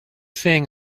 thing